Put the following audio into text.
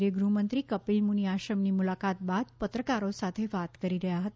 કેન્દ્રીય ગૃહમંત્રી કપિલ મુનિ આશ્રમની મુલાકાત બાદ પત્રકારો સાથે વાત કરી રહ્યા હતા